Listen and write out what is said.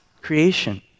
creation